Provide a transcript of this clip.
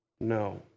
No